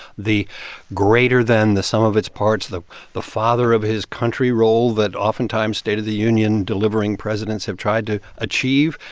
the greater than the sum of its parts, the the father of his country role that oftentimes state of the union-delivering presidents have tried to achieve,